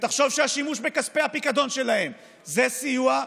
ותחשוב שהשימוש בכספי הפיקדון שלהם זה סיוע,